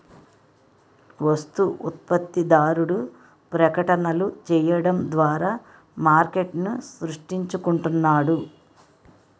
వస్తు ఉత్పత్తిదారుడు ప్రకటనలు చేయడం ద్వారా మార్కెట్ను సృష్టించుకుంటున్నాడు